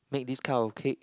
make this kind of cake